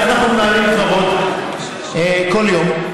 אנחנו מנהלים קרבות כל יום.